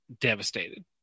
devastated